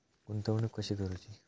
गुंतवणूक कशी करूची?